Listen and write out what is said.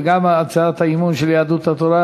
וגם על הצעת האי-אמון של יהדות התורה,